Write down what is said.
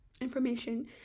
information